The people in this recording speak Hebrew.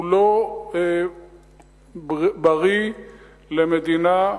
הוא לא בריא למדינה,